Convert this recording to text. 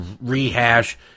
rehash